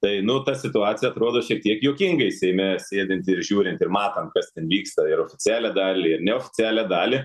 tai nu ta situacija atrodo šiek tiek juokingai seime sėdint ir žiūrint ir matant kas ten vyksta ir oficialią dalį ir neoficialią dalį